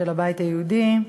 של הבית היהודי,